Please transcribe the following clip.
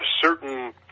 certain